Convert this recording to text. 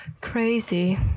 crazy